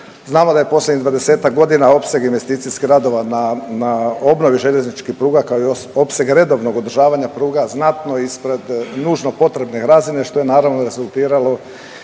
Znamo da je posljednjih dvadesetak godina opseg investicijskih radova na obnovi željezničkih pruga kao i opseg redovnog održavanja pruga znatno ispred nužno potrebne razine što je naravno rezultiralo